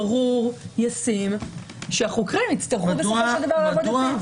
ישים שהחוקרים יצטרכו לעבוד לפיו.